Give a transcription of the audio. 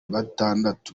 batandatu